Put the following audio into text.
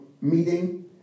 meeting